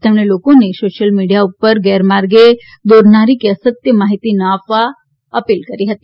તેમણે લોકોને social media ઉપર ગેરમાર્ગે દોરનારી કે અસત્ય માહિતી ન આપવા લોકોને અપીલ કરી હતી